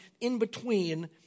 in-between